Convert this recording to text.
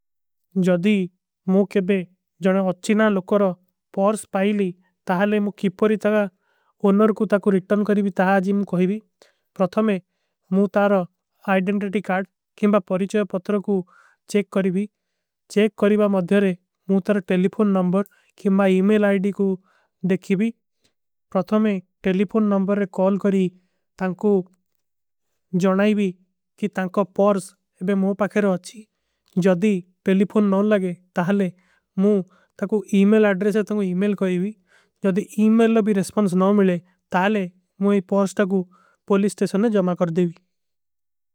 ଜଦୀ ମୁଝେ ଅଚ୍ଛିନା ଲୋଗ କର ପର୍ସ ପାଇଲୀ ତାହାଲେ ମୁଝେ କୀପରୀ ତାକା। ଉନ୍ହର କୁଛ ତାକୋ ରିକ୍ଟର୍ନ କରେଭୀ ତାହାଲେ ଆଜୀମ କହେଭୀ ପ୍ରଥମେ ମୁଝେ। ତାରା ଆଇଡେଂଟେଂଟି କାର୍ଡ କେଂବା ପରିଛଯ ପତ୍ର କୋ ଚେକ କରେଭୀ ଚେକ କରେବା। ମଦ୍ଯରେ ମୁଝେ ତାରା ଟେଲିଫୋନ ନମବର କେଂବା ଇମେଲ ଆଇଡୀ କୋ ଦେଖେଭୀ ପ୍ରଥମେ। ଟେଲିଫୋନ ନମବର କେ କୌଲ କରେ ତାଂକୋ ଜନାଏଵୀ କି ତାଂକୋ ପର୍ସ ଏବେ। ମୁଝେ ପାକେ ରହା ହୂଁ ଜଧୀ ଟେଲିଫୋନ ନମବର ଲାଗେ ତାଲେ ମୁଝେ ତାକୋ ଇମେଲ। ଅଡ୍ରେସେ ଥାଂକୋ ଇମେଲ କରେଭୀ ଜଧୀ ଇମେଲ ଲାଭୀ ରେସ୍ପନ୍ସ ନମବର। ଲାଗେ ତାଲେ ମୁଝେ ପର୍ସ ଟାକୋ ପଲୀ ସ୍ଟେଶନ ମେଂ ଜମାକର ଦେଵୀ।